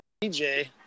DJ